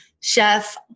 chef